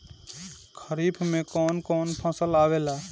खरीफ में कौन कौन फसल आवेला?